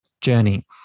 journey